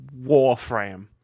Warframe